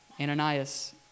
Ananias